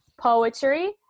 poetry